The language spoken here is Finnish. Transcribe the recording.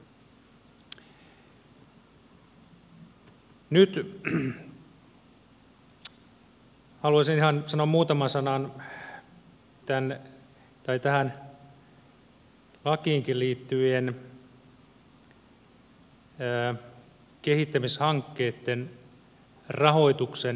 nyt haluaisin ihan sanoa muutaman sanan tähän lakiinkin liittyvien kehittämishankkeitten rahoituksen väljentämisestä